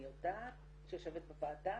אני יודעת שיושבת בוועדה,